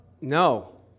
No